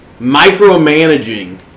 micromanaging